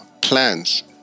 plans